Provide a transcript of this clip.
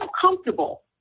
comfortable